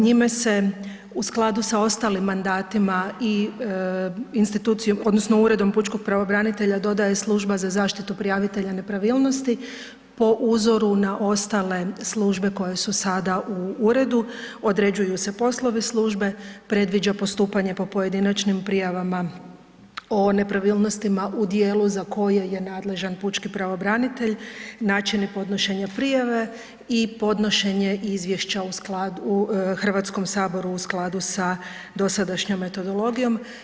Njime se u skladu sa ostalim mandatima i institucijom odnosno uredom pučkog pravobranitelja dodaje služba za zaštitu prijavitelja nepravilnosti po uzoru na ostale službe koje su sada u uredu, određuju se poslovi službe, previđa postupanje po pojedinačnim prijavama o nepravilnostima u djelu za koje je nadležan pučki pravobranitelj, načini podnošenja prijave i podnošenje izvješća Hrvatskom saboru u skladu sa dosadašnjom metodologijom.